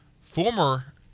former